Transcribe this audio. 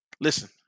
Listen